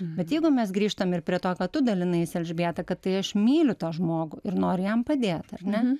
bet jeigu mes grįžtam ir prie to ką tu dalinais elžbieta kad tai aš myliu tą žmogų ir noriu jam padėt ar ne